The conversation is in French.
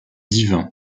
divin